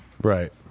Right